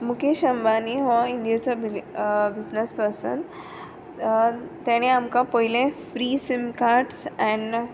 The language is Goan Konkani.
मुकेश अंबानी हो इंडियेचो बिजनेस पर्सन ताणें आमकां पयलें फ्री सीम कार्डस एंड